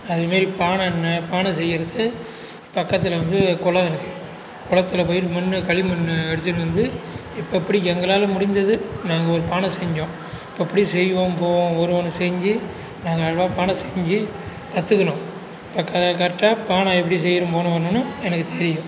அதுமாதிரி பானை அன்ன பானை செய்யறது பக்கத்தில் வந்து குளம் இருக்கு குளத்தில் போய் மண் களி மண் எடுத்துகின்னு வந்து இப்ப எப்படி எங்களால் முடிஞ்சுது நாங்கள் ஒரு பானை செஞ்சோம் இப்ப எப்படி செய்வோம் போவோம் வருவோம் செஞ்சு நாங்க அழகாக பானை செஞ்சு கற்றுக்கின்னோம் இப்ப கரெக்டாக பானை எப்படி செய்யணும் போணும் வரணுன்னு எனக்கு தெரியும்